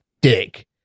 dick